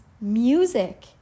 music